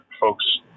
folks